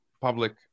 public